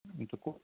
এইটুকু